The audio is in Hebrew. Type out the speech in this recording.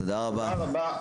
תודה רבה.